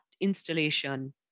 installation